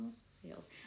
sales